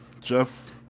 Jeff